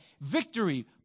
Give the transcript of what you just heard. victory